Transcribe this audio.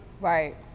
Right